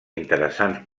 interessants